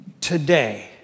today